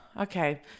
okay